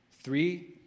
Three